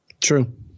True